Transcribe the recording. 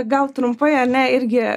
gal trumpai ar ne irgi